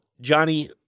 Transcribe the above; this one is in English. Johnny